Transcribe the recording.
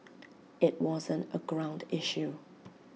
IT wasn't A ground issue